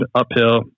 uphill